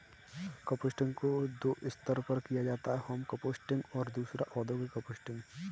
composting को दो स्तर पर किया जाता है होम कंपोस्टिंग और दूसरा औद्योगिक कंपोस्टिंग